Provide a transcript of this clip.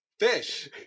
Fish